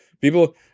People